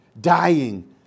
dying